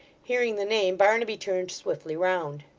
hearing the name, barnaby turned swiftly round.